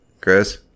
Chris